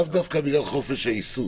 לאו דווקא בגלל חופש העיסוק.